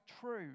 true